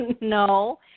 no